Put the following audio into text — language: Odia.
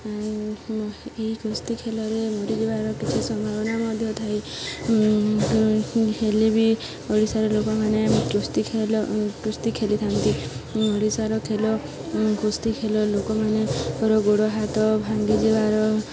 ଏହି କୁସ୍ତି ଖେଳରେ ମରିଯିବାର କିଛି ସମ୍ଭାବନା ମଧ୍ୟ ଥାଏ ହେଲେ ବି ଓଡ଼ିଶାର ଲୋକମାନେ କୁସ୍ତି ଖେଳ କୁସ୍ତି ଖେଳିଥାନ୍ତି ଓଡ଼ିଶାର ଖେଳ କୁସ୍ତି ଖେଳ ଲୋକମାନଙ୍କର ଗୋଡ଼ ହାତ ଭାଙ୍ଗି ଯିବାର